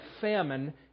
famine